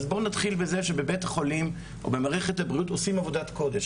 אז בוא נתחיל מזה שבבית החולים או במערכת הבריאות עושים עבודת קודש,